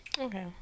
Okay